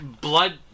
blood